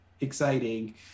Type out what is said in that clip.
exciting